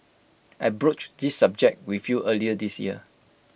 I broached this subject with you early this year